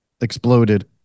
exploded